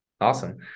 Awesome